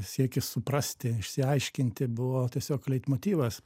siekis suprasti išsiaiškinti buvo tiesiog leitmotyvas